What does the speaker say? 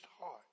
heart